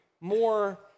more